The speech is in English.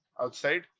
outside